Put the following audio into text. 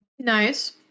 Nice